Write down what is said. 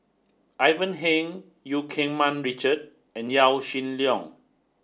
Ivan Heng Eu Keng Mun Richard and Yaw Shin Leong